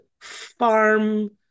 farm